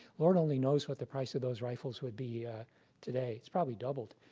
lord only knows what the price of those rifles would be today. it's probably doubled.